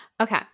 okay